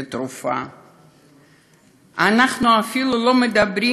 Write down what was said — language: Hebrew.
אנחנו אפילו לא מדברים